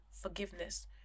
forgiveness